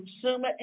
Consumer